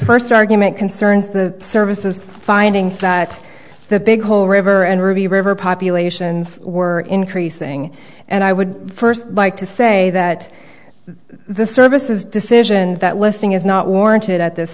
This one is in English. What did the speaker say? first argument concerns the services finding that the big hole river and ruby river populations were increasing and i would first like to say that the services decision that listing is not